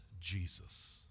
Jesus